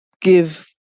give